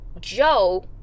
Joe